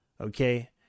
okay